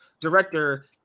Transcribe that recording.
director